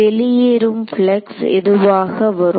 வெளியேறும் பிளக்ஸ் எதுவாக வரும்